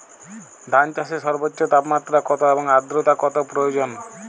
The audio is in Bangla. ধান চাষে সর্বোচ্চ তাপমাত্রা কত এবং আর্দ্রতা কত প্রয়োজন?